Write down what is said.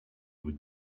would